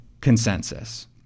consensus